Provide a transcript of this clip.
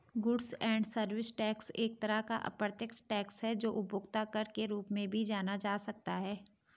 goods and service tax एक तरह का अप्रत्यक्ष टैक्स है जो उपभोक्ता कर के रूप में भी जाना जा सकता है